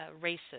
races